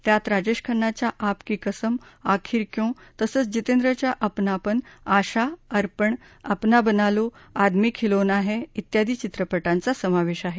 त्यात राजेश खन्नाच्या आप की कसम आखिर क्यों तसंच जितेंद्रच्या अपनापन आशा अर्पण अपना बना लो आदमी खिलौना है ा ियादी चित्रपटांचा समावेश आहे